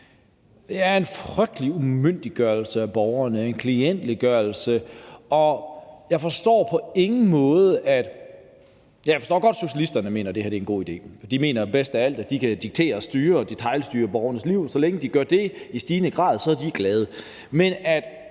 Det er en frygtelig umyndiggørelse af borgerne, en klientgørelse. Jeg forstår godt, at socialisterne mener, at det her er en god idé, for de mener, at de bedst af alle kan diktere og detailstyre borgernes liv; så længe de gør det i stigende grad, er de glade.